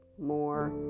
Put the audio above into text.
more